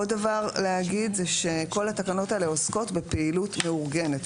עוד דבר להגיד זה שכול התקנות האלה עוסקות בפעילות מאורגנת.